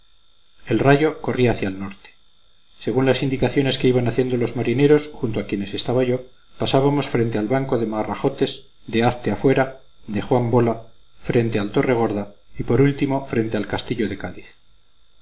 el rayo corría hacia el norte según las indicaciones que iban haciendo los marineros junto a quienes estaba yo pasábamos frente al banco de marrajotes de hazte afuera de juan bola frente al torregorda y por último frente al castillo de cádiz